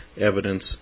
evidence